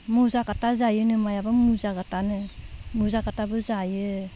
मुजाकाता जायोनो मायाबा मुजाकातानो मुजाकाताबो जायो